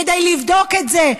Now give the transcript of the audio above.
כדי לבדוק את זה,